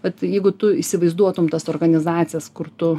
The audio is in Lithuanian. vat jeigu tu įsivaizduotum tas organizacijas kur tu